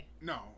No